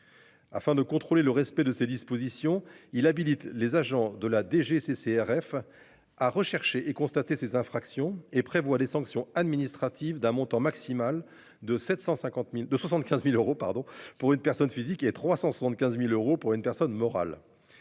Afin de contrôler le respect de ces dispositions, il habilite les agents de la DGCCRF. À rechercher et constater ces infractions et prévoit des sanctions administratives d'un montant maximal de 750.000 de 75.000 euros pardon pour une personne physique et 375.000 euros pour une personne morale.